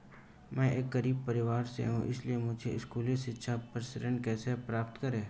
मैं एक गरीब परिवार से हूं इसलिए मुझे स्कूली शिक्षा पर ऋण कैसे प्राप्त होगा?